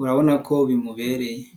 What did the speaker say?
urabona ko bimubereye.